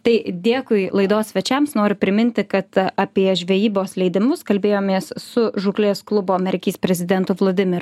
tai dėkui laidos svečiams noriu priminti kad apie žvejybos leidimus kalbėjomės su žūklės klubo merkys prezidentu vladimiru